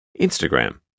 Instagram